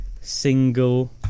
single